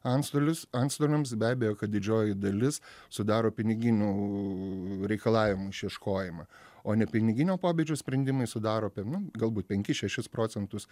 antstolius antstoliams be abejo kad didžioji dalis sudaro piniginių reikalavimų išieškojimą o nepiniginio pobūdžio sprendimai sudaro apie nu galbūt penkis šešis procentus